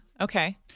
Okay